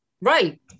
Right